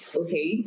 okay